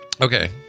Okay